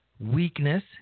weakness